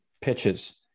pitches